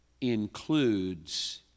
includes